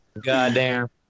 Goddamn